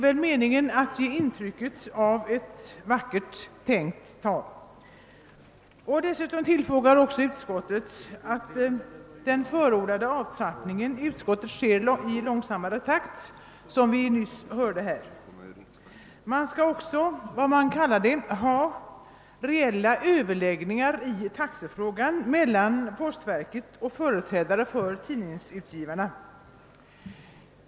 Utskottet tillfogar att det är angeläget att >den förordade avtrappningen av underskottet sker i en långsammare takt» och att avgifterna bör fastställas »först sedan reella överläggningar i taxefrågan ägt rum mellan postverket och företrädare för tidningsutgivarna>.